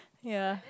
ya